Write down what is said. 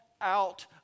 out